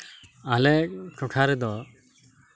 ᱟᱞᱮ ᱴᱚᱴᱷᱟ ᱨᱮᱫᱚ